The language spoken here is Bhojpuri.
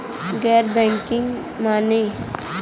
गैर बैंकिंग माने?